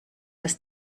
das